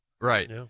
right